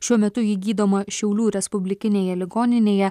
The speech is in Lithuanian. šiuo metu ji gydoma šiaulių respublikinėje ligoninėje